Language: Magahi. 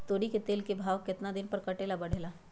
तोरी के तेल के भाव केतना दिन पर घटे ला बढ़े ला?